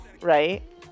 right